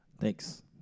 Thanks